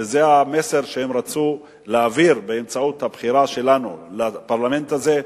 וזה המסר שהם רצו להעביר באמצעות הבחירה שלנו לפרלמנט הזה,